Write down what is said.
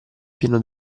pieno